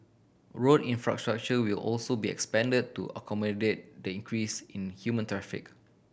road infrastructure will also be expand to accommodate the increase in human